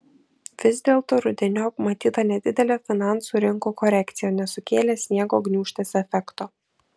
vis dėlto rudeniop matyta nedidelė finansų rinkų korekcija nesukėlė sniego gniūžtės efekto